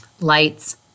lights